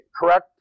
correct